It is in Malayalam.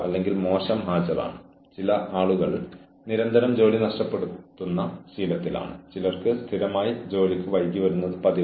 അയാളുടെ അല്ലെങ്കിൽ അവളുടെ പെരുമാറ്റത്തിന്റെ അച്ചടക്ക പ്രത്യാഘാതങ്ങളെക്കുറിച്ച് ജീവനക്കാരന് മുൻകൂട്ടി മുന്നറിയിപ്പ് നൽകിയിരുന്നോ